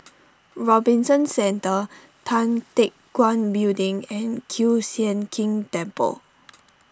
Robinson Centre Tan Teck Guan Building and Kiew Sian King Temple